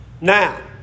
Now